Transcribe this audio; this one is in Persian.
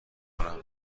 کنم